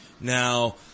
Now